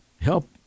help